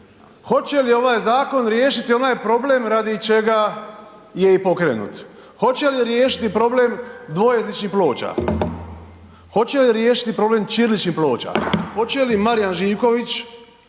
hoće li ovaj Zakon riješiti onaj problem radi čega je i pokrenut, hoće li riješiti problem dvojezičnih ploča? Hoće li riješiti problem ćiriličnih ploča? Hoće li Marijan Živković,